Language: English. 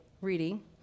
reading